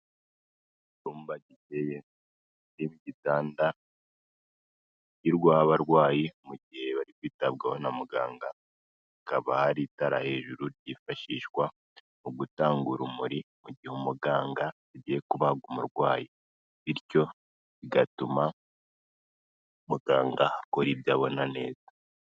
Icyumba giteye igitanda gishyirwaho abarwayi mu gihe bari kwitabwaho na muganga, hakaba hari itara hejuru ryifashishwa mu gutanga urumuri mu gihe umuganga agiye kubaga umurwayi bityo bigatuma muganga akora ibyo abona neza.